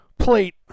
plate